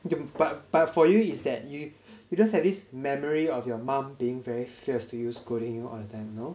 K~ but for you is that you you just have this memory of your mum being very fierce to you scolding you all the time you know